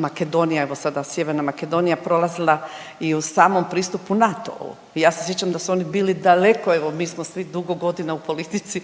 Makedonija, evo sada Sjeverna Makedonija prolazila i u samom pristupu NATO-u. Ja se sjećam da su oni bili daleko, evo mi smo svi dugo godina u politici